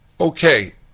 Okay